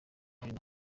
ibintu